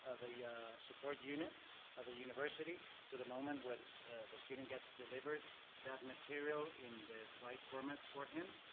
ah the support unit at the university, to the moment where the student gets delivered that material in the right format for him.